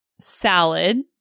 salad